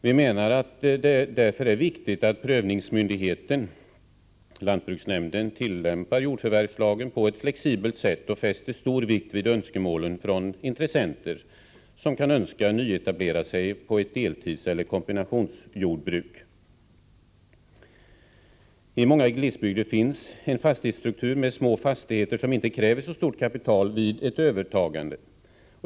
Vi menar att det därför är viktigt att prövningsmyndigheten — lantbruksnämnden - tillämpar jordförvärvslagen på ett flexibelt sätt och fäster stor vikt vid önskemålen från intressenter som kan önska nyetablera sig på ett deltidseller kombinationsjordbruk. I många glesbygder finns en fastighetsstruktur med små fastigheter som inte kräver så stort kapital vid ett övertagande.